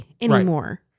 anymore